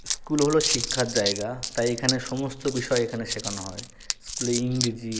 school হলো শিক্ষার জায়গা তাই এখানে সমস্ত বিষয় এখানে শেখানো হয় স্কুলে ইংরিজি